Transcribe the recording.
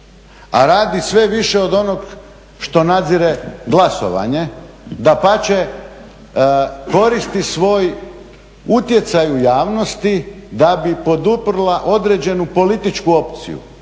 a radi sve više od onog što nadzire glasovanje, dapače koristi svoj utjecaj u javnosti da bi poduprla određenu političku opciju,